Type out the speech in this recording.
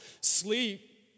Sleep